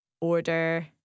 order